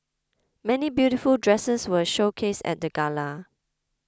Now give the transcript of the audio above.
many beautiful dresses were showcased at the Gala